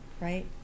right